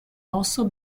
also